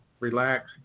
Relax